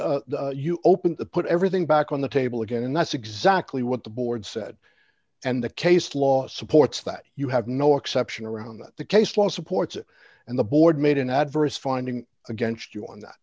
the you open to put everything back on the table again and that's exactly what the board said and the case law supports that you have no exception around that the case law supports it and the board made an adverse finding against you on that